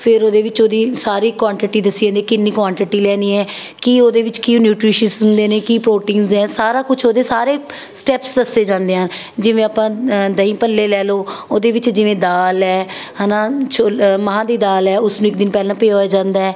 ਫਿਰ ਉਹਦੇ ਵਿੱਚ ਉਹਦੀ ਸਾਰੀ ਕੁਆਨਟੀਟੀ ਦੱਸੀ ਜਾਂਦੀ ਕਿੰਨੀ ਕੁਆਨਟੀਟੀ ਲੈਣੀ ਹੈ ਕੀ ਉਹਦੇ ਵਿੱਚ ਕੀ ਨਿਊਟ੍ਰੀਸ਼ੀਅਸ਼ ਹੁੰਦੇ ਨੇ ਕੀ ਪ੍ਰੋਟੀਨਸ ਹੈ ਸਾਰਾ ਕੁਛ ਉਹਦੇ ਸਾਰੇ ਸਟੈੱਪਸ ਦੱਸੇ ਜਾਂਦੇ ਹਨ ਜਿਵੇਂ ਆਪਾਂ ਦਹੀਂ ਭੱਲੇ ਲੈ ਲਉ ਉਹਦੇ ਵਿੱਚ ਜਿਵੇਂ ਦਾਲ ਹੈ ਹੈ ਨਾ ਛੋਲ ਅ ਮਹਾਂ ਦੀ ਦਾਲ ਹੈ ਉਸ ਨੂੰ ਇੱਕ ਦਿਨ ਪਹਿਲਾਂ ਭਿਓਂਇਆ ਜਾਂਦਾ